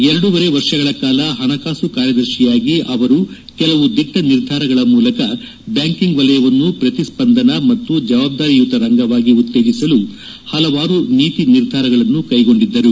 ಎರಡೂವರೆ ವರ್ಷಗಳ ಕಾಲ ಹಣಕಾಸು ಕಾರ್ಯದರ್ಶಿಯಾಗಿ ಅವರು ಕೆಲವು ದಿಟ್ಟ ನಿರ್ಧಾರಗಳ ಮೂಲಕ ಬ್ಲಾಂಕಿಂಗ್ ವಲಯವನ್ನು ಪ್ರತಿಸ್ಸಂದನ ಮತ್ತು ಜವಾಬ್ಲಾರಿಯುತ ರಂಗವಾಗಿ ಉತ್ತೇಜಿಸಲು ಹಲವಾರು ನೀತಿ ನಿರ್ಧಾರಗಳನ್ನು ಕೈಗೊಂಡಿದ್ದರು